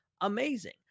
amazing